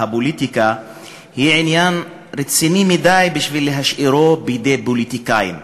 הפוליטיקה היא עניין רציני מכדי להשאירה בידי פוליטיקאים.